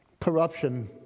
corruption